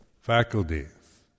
faculties